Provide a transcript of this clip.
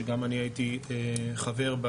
שבה הייתי חבר,